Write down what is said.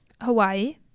Hawaii